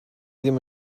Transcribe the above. ddim